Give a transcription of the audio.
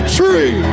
tree